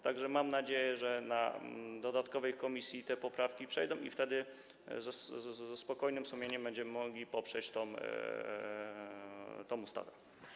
Tak że mam nadzieję, że na dodatkowym posiedzeniu komisji te poprawki przejdą i wtedy ze spokojnym sumieniem będziemy mogli poprzeć tę ustawę.